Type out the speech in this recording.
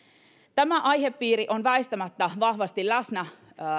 tämä aihepiiri on väistämättä vahvasti läsnä